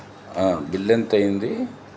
bill ఎంత అయ్యింది